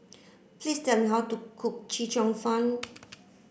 please tell me how to cook Chee Cheong fun